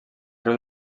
riu